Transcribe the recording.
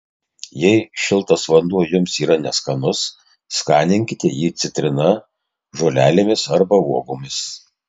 jei šiltas vanduo jums yra neskanus skaninkite jį citrina žolelėmis arba uogomis